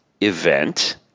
event